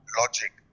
logic